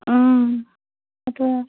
তাকে